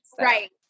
right